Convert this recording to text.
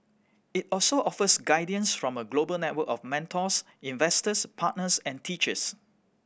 it also offers guidance from a global network of mentors investors partners and teachers